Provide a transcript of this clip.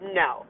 no